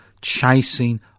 chasing